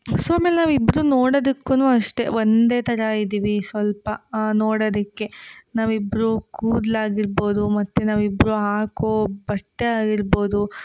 so ಆಮೇಲೆ ನಾವಿಬ್ರೂ ನೋಡದಕ್ಕೂ ಅಷ್ಟೇ ಒಂದೇ ಥರ ಇದ್ದೀವಿ ಸ್ವಲ್ಪ ನೋಡೋದಕ್ಕೆ ನಾವಿಬ್ರೂ ಕೂದ್ಲು ಆಗಿರ್ಬೋದು ಮತ್ತು ನಾವಿಬ್ರೂ ಹಾಕೋ ಬಟ್ಟೆ ಆಗಿರ್ಬೋದು